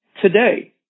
today